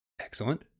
Excellent